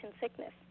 sickness